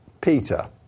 Peter